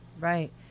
Right